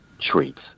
treats